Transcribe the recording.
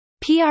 PR